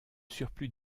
surplus